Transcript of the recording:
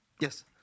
Yes